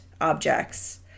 objects